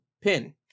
pin